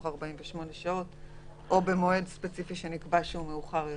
48 שעות או במועד ספציפי שנקבע שהוא מאוחר יותר.